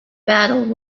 battle